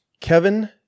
Kevin